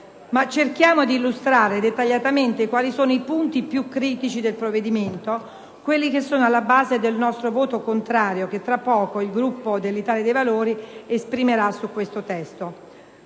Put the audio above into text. Ma cerchiamo di illustrare più dettagliatamente quali sono i punti più critici del provvedimento, quelli che sono alla base del voto contrario che tra poco il Gruppo dell'Italia dei Valori esprimerà su questo testo.